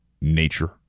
nature